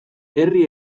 herri